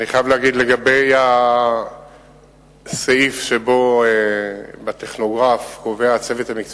אני חייב להגיד: לגבי הסעיף שמחייב הצטיידות